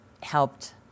helped